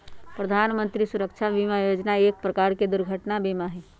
प्रधान मंत्री सुरक्षा बीमा योजना एक प्रकार के दुर्घटना बीमा हई